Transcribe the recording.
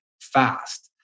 fast